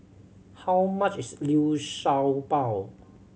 how much is liu shao bao